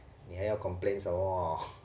你还要 complain 什么